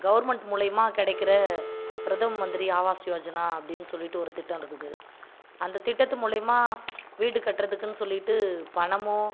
government மூலியமாக கிடைக்கிற பிரதம மந்திரி ஆவாஸ் யோஜனா அப்படின்னு சொல்லிவிட்டு ஒரு திட்டம் இருக்குது அந்த திட்டத்து மூலியமாக வீடு கட்டுறதுக்குன்னு சொல்லிவிட்டு பணமோ